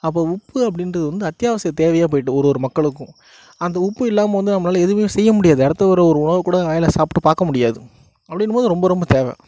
அப்போது உப்பு அப்படின்றது வந்து அத்தியாவசிய தேவையா போய்ட்டு ஒவ்வொரு மக்களுக்கும் அந்த உப்பு இல்லாமல் வந்து நம்மளால் எதுவுமே செய்ய முடியாது அடுத்த ஒரு உணவு கூட வாயில் சாப்பிட்டு பார்க்க முடியாது அப்படிங்கும் போது ரொம்ப ரொம்ப தேவை